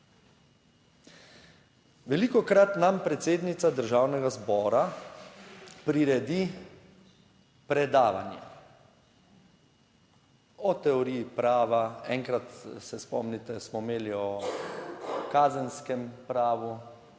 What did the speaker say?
Velikokrat nam predsednica Državnega zbora priredi predavanje o teoriji prava. Enkrat, se spomnite, smo imeli o kazenskem pravu,